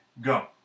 Go